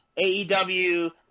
AEW